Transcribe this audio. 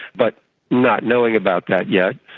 but not knowing about that yet,